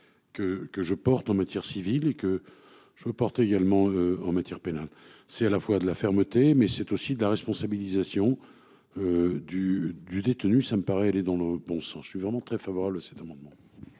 que je porte en matière civile et que je veux porter également en matière pénale, c'est à la fois de la fermeté mais c'est aussi de la responsabilisation. Du du détenu. Ça me paraît aller dans le bon sens. Je suis vraiment très favorable à cet amendement.